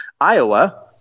Iowa